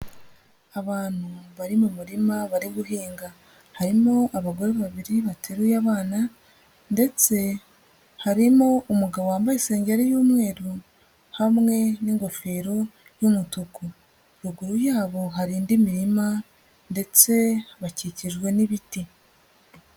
Abantu bari mu murima bari guhinga, harimo abagore babiri bateruye abana ndetse harimo umugabo wambaye isengeri y'umweru hamwe n'ingofero y'umutuku, ruguru yabo hari indi mirima ndetse bakikijwe n'ibiti.